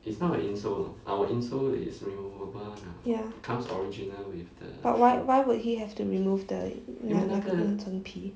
ya but why why would he have to remove the 那那个那层皮